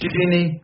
Ginny